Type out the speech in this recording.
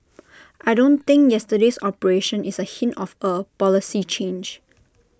I don't think yesterday's operation is A hint of A policy change